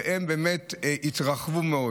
שהתרחבו מאוד.